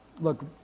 look